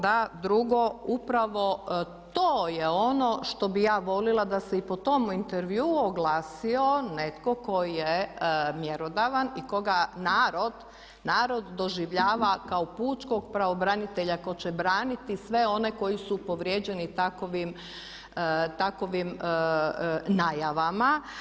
Drugo, upravo to je ono što bi ja volila da se i po tome intervjuu oglasio netko tko je mjerodavan i koga narod doživljava kao pučkog pravobranitelja ko će braniti sve one koji su povrijeđeni takovim najavama.